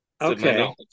Okay